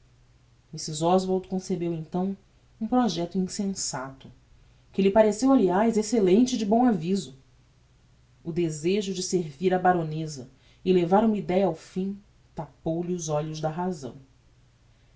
lado mrs oswald concebeu então um projecto insensato que lhe pareceu aliás excellente e de bom aviso o desejo de servir a baroneza e levar uma ideia ao fim tapou lhe os olhos de razão